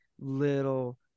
little